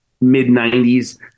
mid-90s